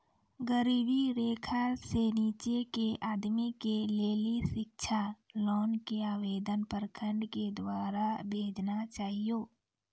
गरीबी रेखा से नीचे के आदमी के लेली शिक्षा लोन के आवेदन प्रखंड के द्वारा भेजना चाहियौ?